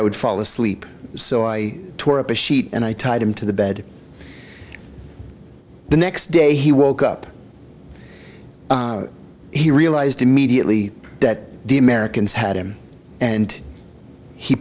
i would fall asleep so i tore up a sheet and i tied him to the bed the next day he woke up he realized immediately that the americans had him and he